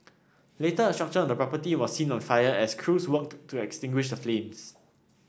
later a structure on the property was seen on fire as crews worked to extinguish the flames